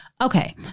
Okay